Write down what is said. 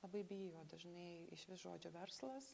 labai bijo dažnai išvis žodžio verslas